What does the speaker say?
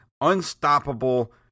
unstoppable